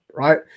Right